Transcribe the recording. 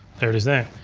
there it is there.